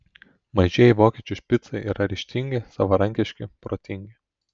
mažieji vokiečių špicai yra ryžtingi savarankiški protingi